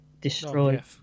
destroyed